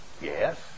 yes